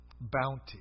bounty